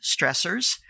stressors